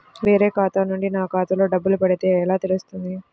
వేరే ఖాతా నుండి నా ఖాతాలో డబ్బులు పడితే ఎలా తెలుస్తుంది?